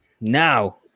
now